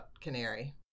Canary